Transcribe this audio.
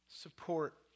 support